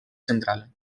central